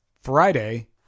Friday